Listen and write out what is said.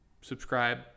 subscribe